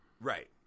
right